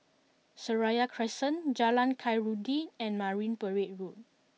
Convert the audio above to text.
Seraya Crescent Jalan Khairuddin and Marine Parade Road